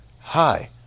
Hi